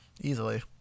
easily